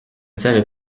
savais